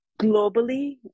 globally